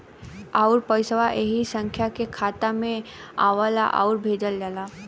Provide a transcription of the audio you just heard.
आउर पइसवा ऐही संख्या के खाता मे आवला आउर भेजल जाला